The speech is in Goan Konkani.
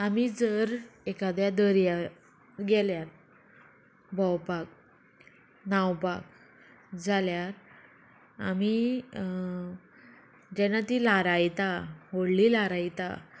आमी जर एकाद्या दर्या गेल्या भोंवपाक न्हांवपाक जाल्यार आमी जेन्ना ती ल्हारां येता व्हडलीं ल्हारां येता